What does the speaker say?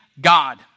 God